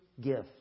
gift